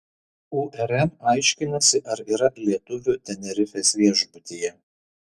urm aiškinasi ar yra lietuvių tenerifės viešbutyje